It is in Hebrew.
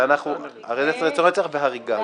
ניסון רצח והריגה, אמרת.